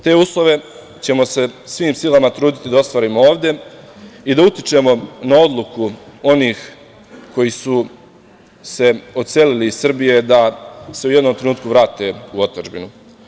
Te uslove ćemo se svim silama truditi da ostvarimo ovde i da utičemo na odluku onih koji su se odselili iz Srbije da se u jednom trenutku vrate u otadžbinu.